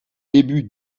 début